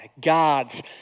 God's